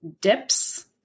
dips